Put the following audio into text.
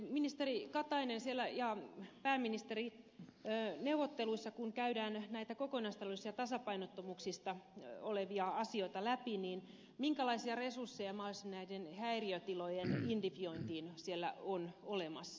ministeri katainen ja pääministeri siellä neuvotteluissa kun käydään näitä kokonaistaloudellisia tasapainottomuuksiin liittyviä asioita läpi niin minkälaisia resursseja näiden häiriötilojen identifiointiin siellä on mahdollisesti olemassa